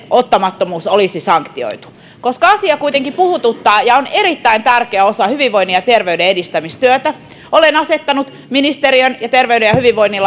ottamattomuus olisi sanktioitu koska asia kuitenkin puhututtaa ja on erittäin tärkeä osa hyvinvoinnin ja terveyden edistämistyötä olen asettanut ministeriön ja terveyden ja hyvinvoinnin